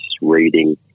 reading